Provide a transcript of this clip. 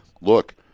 look